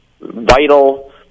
vital